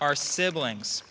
our siblings